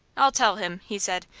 i'll tell him, he said.